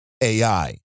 AI